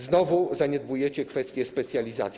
Znowu zaniedbujecie kwestię specjalizacji.